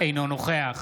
אינו נוכח